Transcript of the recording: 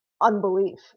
unbelief